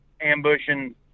ambushing